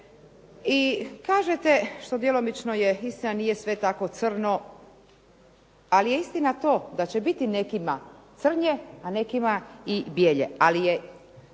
I kažete što djelomično je istina, nije sve tako crno ali je istina to da će biti nekima crnje a nekima i bjelje